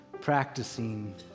practicing